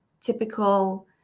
typical